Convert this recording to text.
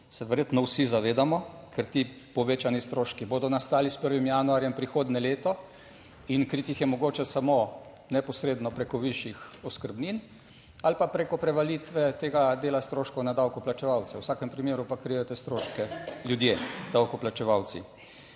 se verjetno vsi zavedamo, ker ti povečani stroški bodo nastali s 1. januarjem prihodnje leto, in kriti jih je mogoče samo neposredno preko višjih oskrbnin ali pa preko prevalitve tega dela stroškov na davkoplačevalce, v vsakem primeru pa krijete stroške ljudje davkoplačevalci.